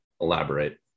Elaborate